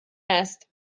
است